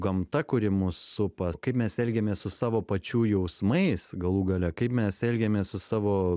gamta kuri mus supa kaip mes elgiamės su savo pačių jausmais galų gale kaip mes elgiamės su savo